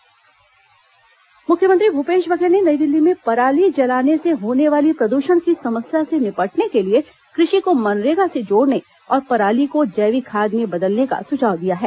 मुख्यमंत्री पराली सुझाव मुख्यमंत्री भूपेश बघेल ने नई दिल्ली में पराली जलाने से होने वाली प्रदूषण की समस्या से निपटने के लिए कृषि को मनरेगा से जोड़ने और पराली को जैविक खाद में बदलने का सुझाव दिया है